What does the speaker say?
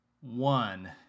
One